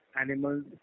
animals